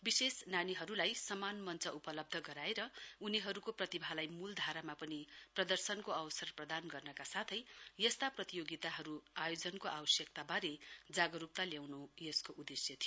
विशेष नानीहरूलाई समान मञ्च उपलब्ध गराएर उनीहरूको प्रतिभालाई मूलधारामा पनि प्रदर्शनको अवसर प्रदान गर्नका साथै यस्ता प्रतियोगिताहरू आयोजनको आवश्यक्ताबारे जागरूकता ल्याउन् यसको उदेश्य थियो